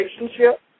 relationship